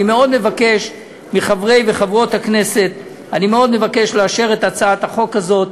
אני מאוד מבקש מחברות וחברי הכנסת לאשר את הצעת החוק הזאת.